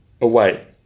away